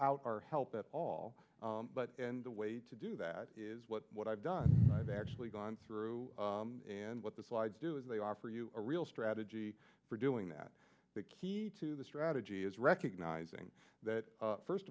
without our help at all but in the way to do that is what what i've done actually gone through and what the slides do is they offer you a real strategy for doing that the key to the strategy is recognizing that first